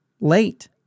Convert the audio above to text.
late